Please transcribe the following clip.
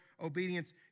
obedience